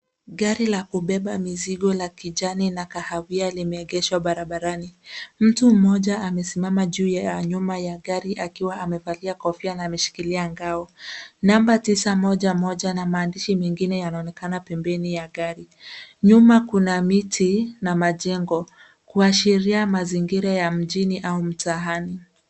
Gari la kubeba mizigo la kijani na kahawia limeegeshwa barabarani. Mtu mmoja amesimama juu nyuma ya gari akiwa amevalia kofia na ameshikilia ngao. Namba tisa moja moja na maandishi mengine yanaonekana pembeni ya gari. Nyuma kuna miti na majengo kuashiria mazingira ya mjini au mtaani.